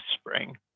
spring